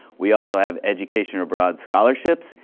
we also have education abroad scholarships.